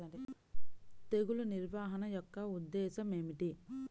తెగులు నిర్వహణ యొక్క ఉద్దేశం ఏమిటి?